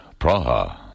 Praha